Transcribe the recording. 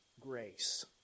grace